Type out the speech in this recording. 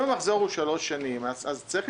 אם המחזור הוא שלוש שנים אז צריך